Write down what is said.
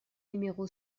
numéro